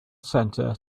center